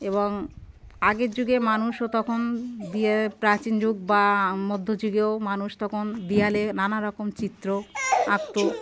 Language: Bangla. এবং আগের যুগে মানুষও তখন দিয়ে প্রাচীন যুগ বা মধ্য যুগেও মানুষ তখন দেওয়ালে নানারকম চিত্র আঁকত